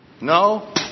No